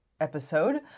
episode